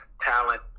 Talent